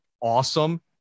awesome